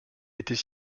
était